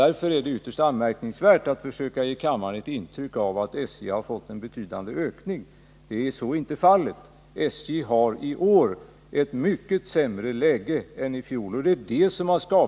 Därför är det ytterst anmärkningsvärt att han försöker ge kammaren intryck av att SJ har fått en betydande ökning. Så är inte fallet. SJ har i år ett mycket sämre läge än i fjol. Och det har skapat mycket stor oro.